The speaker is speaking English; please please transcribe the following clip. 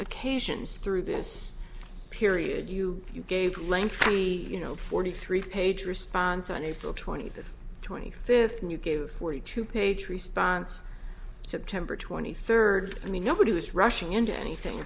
occasions through this period you gave lengthy you know forty three page response on april twenty fifth twenty fifth and you gave forty two page response september twenty third i mean nobody was rushing into anything